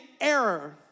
error